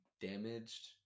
damaged